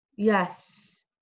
Yes